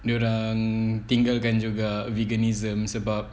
dia orang tinggalkan juga veganism sebab